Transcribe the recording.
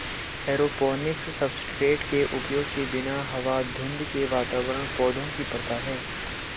aeroponics substrate के उपयोग के बिना हवा धुंध के वातावरण पौधों की प्रथा है